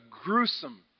gruesome